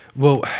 well,